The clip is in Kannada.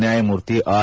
ನ್ಞಾಯಮೂರ್ತಿ ಆರ್